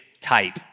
type